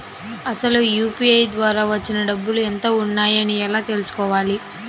అసలు యూ.పీ.ఐ ద్వార వచ్చిన డబ్బులు ఎంత వున్నాయి అని ఎలా తెలుసుకోవాలి?